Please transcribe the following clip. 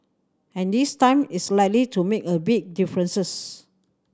and this time it's likely to make a big differences